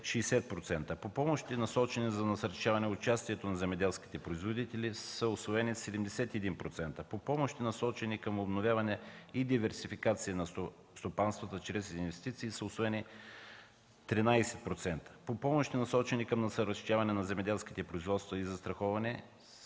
60%; – насочени за насърчаване участието на земеделските производители, са усвоени 71%; – насочени към обновяване и диверсификация на стопанствата чрез инвестиции, са усвоени 13%; – насочени към насърчаване на земеделските производства и застраховане,